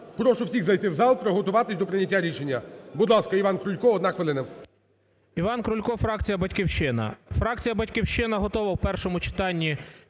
Прошу всіх зайти в зал, приготуватись до прийняття рішення. Будь ласка, Іван Крулько, одна хвилина.